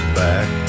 back